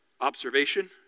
observation